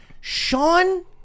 Sean